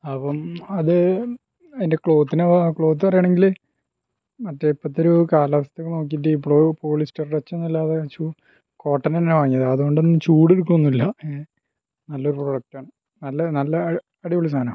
അപ്പം അത് അതിൻ്റെ ക്ലോത്ത് എന്ന് ക്ലോത്ത് പറയുകയാണെങ്കിൽ മറ്റേ ഇപ്പത്തെ ഒരു കാലാവസ്ഥയൊക്കെ നോക്കിയിട്ട് ഇപ്പം ഉള്ള പോളിസ്റ്റർ ടച്ച് ഒന്നുമില്ല വാങ്ങിച്ച് കോട്ടൺ തന്നെയാണ് വാങ്ങിയത് അതുകൊണ്ടും ചൂട് എടുക്കുവൊന്നുമില്ല നല്ല ഒരു പ്രോഡക്റ്റാണ് നല്ല നല്ല അടിപൊളി സാധനമാണ്